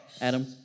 Adam